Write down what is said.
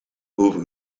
over